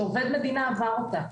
שעובד מדינה עבר אותה.